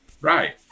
Right